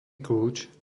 kľúč